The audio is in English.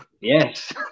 yes